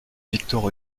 victor